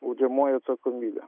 baudžiamoji atsakomybė